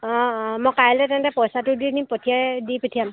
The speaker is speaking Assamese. অঁ অঁ মই কাইলৈ তেন্তে পইচাটো দি দিম পঠিয়াই দি পঠিয়াম